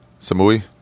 Samui